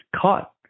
caught